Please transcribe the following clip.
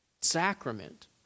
sacrament